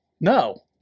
No